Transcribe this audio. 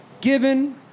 Given